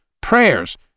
prayers